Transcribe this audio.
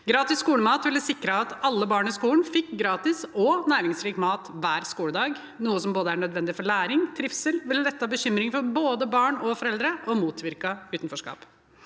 Gratis skolemat ville sikret at alle barn i skolen fikk gratis og næringsrik mat hver skoledag, noe som er nødvendig for både læring og trivsel, som ville lettet bekymringen for både barn og foreldre, og som ville motvirket utenforskap.